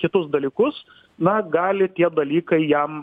kitus dalykus na gali tie dalykai jam